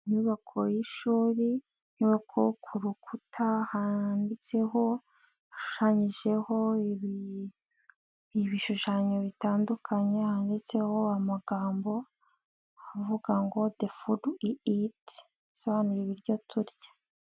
Inyubako y'ishuri inyubako ku rukuta handitseho, hashushanyijeho ibishushanyo bitandukanye handitseho amagambo avuga ngo de fudu wi iti bisobanura ibiryo turya.